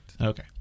okay